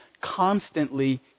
constantly